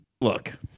look